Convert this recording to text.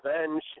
revenge